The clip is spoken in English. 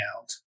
out